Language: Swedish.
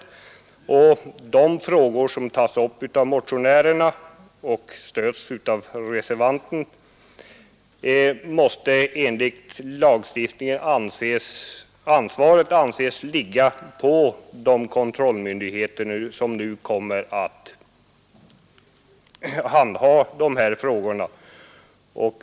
Ansvaret för de frågor som tas upp av motionärerna och av reservanten måste enligt lagstiftningen anses ligga på de kontrollmyndigheter som nu kommer att handha dessa frågor.